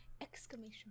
Exclamation